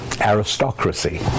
aristocracy